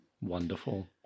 Wonderful